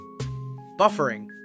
Buffering